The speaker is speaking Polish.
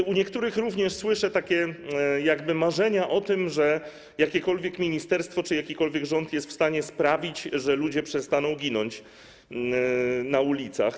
Tu u niektórych również słyszę takie jakby marzenia o tym, że jakiekolwiek ministerstwo czy jakikolwiek rząd jest w stanie sprawić, że ludzie przestaną ginąć na ulicach.